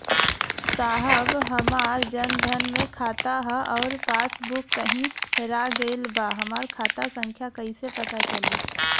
साहब हमार जन धन मे खाता ह अउर पास बुक कहीं हेरा गईल बा हमार खाता संख्या कईसे पता चली?